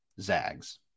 Zags